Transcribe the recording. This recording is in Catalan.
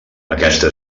aquesta